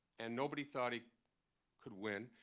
and nobody thought he could win.